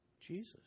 Jesus